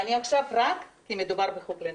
ואני עכשיו נמצאת כאן רק מכיוון שמדובר בחוק לנכים.